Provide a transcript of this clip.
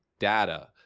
data